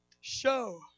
show